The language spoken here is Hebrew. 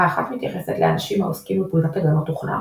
האחת מתייחסת לאנשים העוסקים בפריצת הגנות תוכנה,